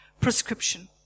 prescription